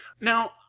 Now